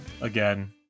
again